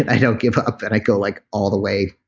and i don't give up and i go like all the way.